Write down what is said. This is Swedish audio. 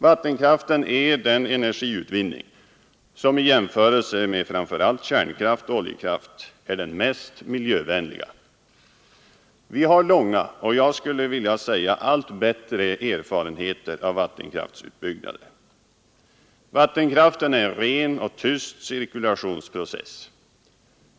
Vattenkraften är den energiutvinning som, i jämförelse med framför allt kärnkraft och oljekraft, är den mest miljövänliga. Vi har långa, och jag skulle vilja säga allt bättre, erfarenheter av vattenkraftutbyggnader. Vattenkraften är en ren och tyst cirkulationsprocess.